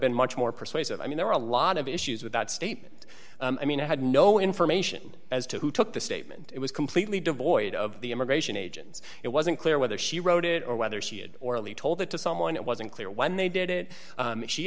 been much more persuasive i mean there are a lot of issues with that statement i mean i had no information as to who took the statement it was completely devoid of the immigration agents it wasn't clear whether she wrote it or whether she had orally told it to someone it wasn't clear when they did it